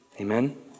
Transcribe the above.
Amen